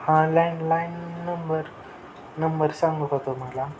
हा landline number number सांगू होतो मला